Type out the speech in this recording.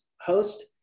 host